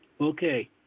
Okay